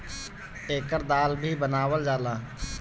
एकर दाल भी बनावल जाला